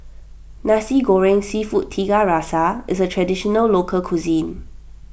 Nasi Goreng Seafood Tiga Rasa is a Traditional Local Cuisine